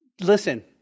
Listen